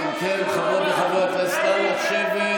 אם כן, חברות וחברי הכנסת, נא לשבת.